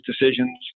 decisions